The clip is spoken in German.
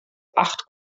acht